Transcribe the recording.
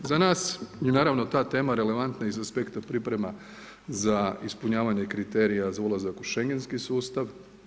Za nas je naravno ta tema relevantna i iz aspekta priprema za ispunjavanje kriterija za ulazak u Schengenski sustav.